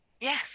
yes